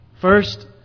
First